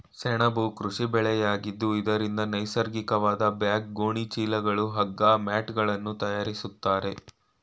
ಸೆಣಬು ಕೃಷಿ ಬೆಳೆಯಾಗಿದ್ದು ಇದರಿಂದ ನೈಸರ್ಗಿಕವಾದ ಬ್ಯಾಗ್, ಗೋಣಿ ಚೀಲಗಳು, ಹಗ್ಗ, ಮ್ಯಾಟ್ಗಳನ್ನು ತರಯಾರಿಸ್ತರೆ